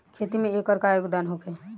खेती में एकर का योगदान होखे?